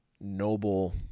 noble